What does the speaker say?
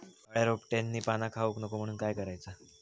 अळ्या रोपट्यांची पाना खाऊक नको म्हणून काय करायचा?